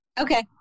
Okay